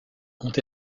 ont